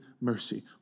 mercy